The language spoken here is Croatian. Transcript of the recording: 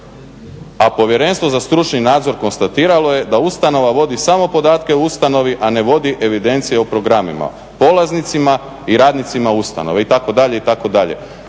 a povjerenstvo za stručni nadzor konstatiralo je da ustanova vodi samo podatke o ustanovi a ne vodi evidencije o programima polaznicima i radnicima ustanove itd.